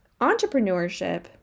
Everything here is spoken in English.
entrepreneurship